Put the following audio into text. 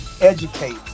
educate